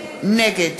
נגד